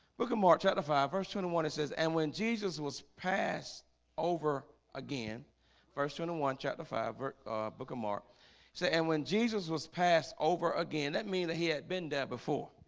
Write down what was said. look at mark chapter five verse twenty one it says and when jesus was passed over again verse twenty and one chapter five verse become our say and when jesus was passed over again, that means that he had been dead before